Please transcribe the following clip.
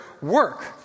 work